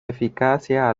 eficacia